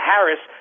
Harris